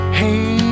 hey